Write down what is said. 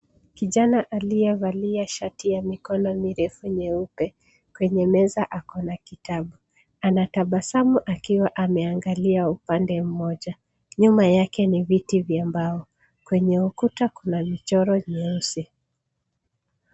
Kijana aliyevalia shati yenye mikono mirefu mieupe kwenye meza ako na kitabu. Anatabasamu akiwa ameangalia upande mmoja. Nyuma yake ni viti vya mbao, kwenye ukuta kuna michoro mieusi.